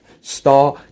star